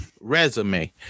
resume